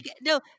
No